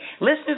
Listeners